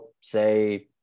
say